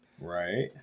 Right